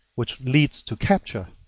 which leads to capture